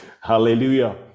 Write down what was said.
Hallelujah